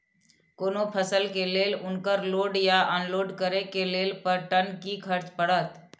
कोनो फसल के लेल उनकर लोड या अनलोड करे के लेल पर टन कि खर्च परत?